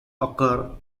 occur